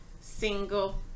single